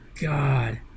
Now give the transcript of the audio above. god